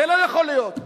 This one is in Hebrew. זה לא יכול להיות.